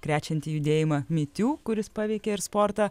krečiantį judėjimą me too kuris paveikė ir sportą